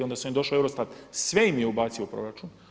Onda im je došao EUROSTAT sve im je ubacio u proračun.